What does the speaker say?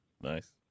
Nice